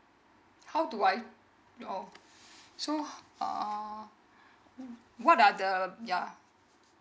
how do I know so uh what are the yeah